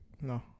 no